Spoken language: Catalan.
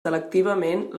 selectivament